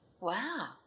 Wow